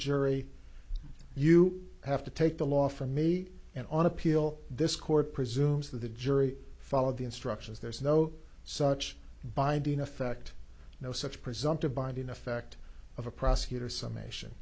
jury you have to take the law for me and on appeal this court presumes that the jury followed the instructions there's no such binding effect no such presumptive binding effect of a prosecutor some ation